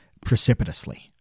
precipitously